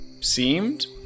seemed